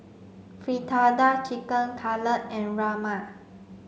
Fritada Chicken Cutlet and Rajma